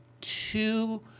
two